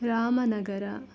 Ramanagara